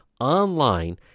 Online